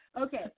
Okay